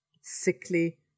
sickly